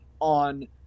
on